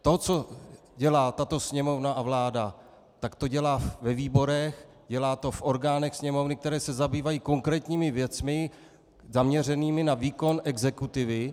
To, co dělá tato Sněmovna a vláda, tak to dělá ve výborech, dělá to v orgánech Sněmovny, které se zabývají konkrétními věcmi zaměřenými na výkon exekutivy.